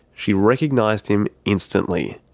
she recognised him instantly.